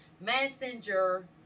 Messenger